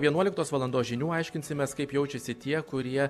vienuoliktos valandos žinių aiškinsimės kaip jaučiasi tie kurie